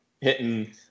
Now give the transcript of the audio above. hitting